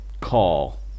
call